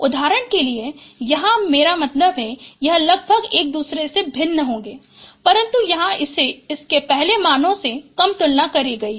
उदहारण के लिए यहाँ मेरा मतलब है यह लगभग एक दुसरे से भिन्न होगें परन्तु यहाँ इसे इसके पहले मानों से कम तुलना की गयी है